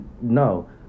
no